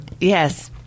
Yes